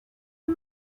you